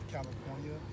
California